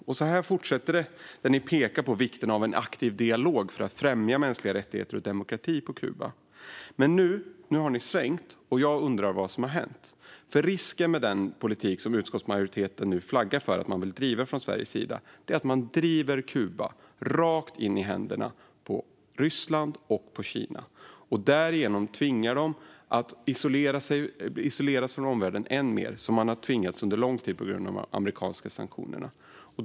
Och så här fortsätter det - ni pekar på vikten av en aktiv dialog för att främja mänskliga rättigheter och demokrati på Kuba. Men nu har ni svängt, och jag undrar vad som har hänt. Risken med den politik som utskottsmajoriteten nu flaggar för att man vill driva från Sveriges sida är att man driver Kuba rakt in i händerna på Ryssland och Kina och därigenom tvingar landet att isoleras från omvärlden än mer, precis som man har tvingats till under lång tid på grund av de amerikanska sanktionerna.